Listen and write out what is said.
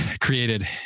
created